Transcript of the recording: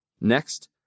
Next